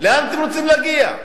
לאן אתם רוצים להגיע?